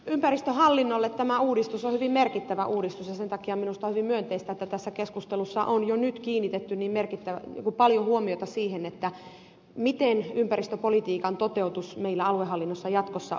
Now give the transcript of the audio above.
ympäristöhallinnolle tämä on hyvin merkittävä uudistus ja sen takia minusta on hyvin myönteistä että tässä keskustelussa on jo nyt kiinnitetty paljon huomiota siihen miten ympäristöpolitiikan toteutus meillä aluehallinnossa jatkossa onnistuu